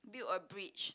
build a bridge